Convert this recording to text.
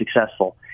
successful